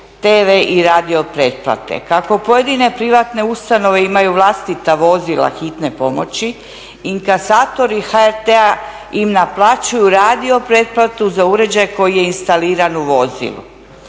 tv i radio pretplate. Kako pojedine privatne ustanove imaju vlastita vozila hitne pomoći inkasatori HRT-a ima naplaćuju radio pretplatu za uređaj koji je instaliran u vozilu.